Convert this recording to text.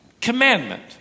commandment